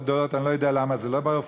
דירות גדולות, אני לא יודע למה זה לא ברפורמה.